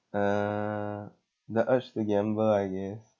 uh the urge to gamble I guess